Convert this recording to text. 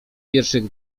pierwszych